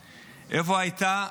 המשטרה,